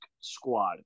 Squad